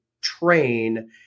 train